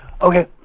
Okay